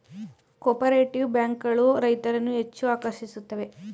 cooperative bank ಗಳು ರೈತರನ್ನು ಹೆಚ್ಚು ಆಕರ್ಷಿಸುತ್ತವೆ